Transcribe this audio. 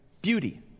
beauty